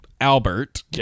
albert